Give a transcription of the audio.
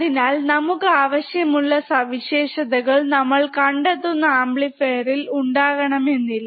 അതിനാൽ നമുക്കാവശ്യമുള്ള സവിശേഷതകൾ നമ്മൾ കണ്ടെത്തുന്ന ആംപ്ലിഫയർ ഇൽ ഉണ്ടാകണമെന്നില്ല